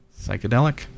Psychedelic